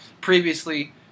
previously